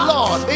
Lord